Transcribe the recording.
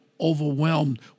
overwhelmed